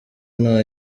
nta